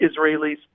Israelis